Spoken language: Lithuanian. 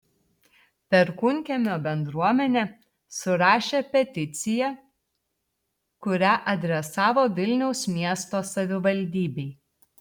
perkūnkiemio bendruomenė surašė peticiją kurią adresavo vilniaus miesto savivaldybei